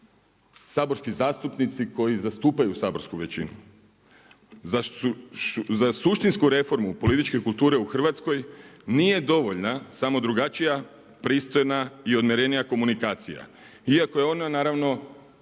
saborski zastupnici koji zastupaju saborsku većinu. Za suštinsku reformu političke kulture u Hrvatskoj nije dovoljna samo drugačija, pristojna i odmjerenija komunikacija iako je ona naravno